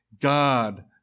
God